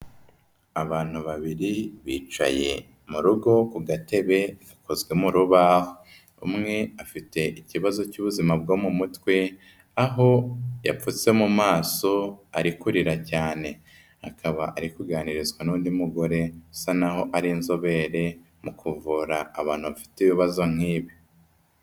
Abantu babiri bicaye mu rugo ku gatebe gakozwe mu rubaho, umwe afite ikibazo cy'ubuzima bwo mu mutwe aho yapfutse mu maso, ari kurira cyane akaba ari kuganirizwa n'undi mugore usa naho ari inzobere mu kuvura abantu bafite ibibazo nk'ibi.